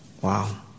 Wow